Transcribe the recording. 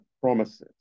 promises